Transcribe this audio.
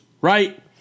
right